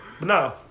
No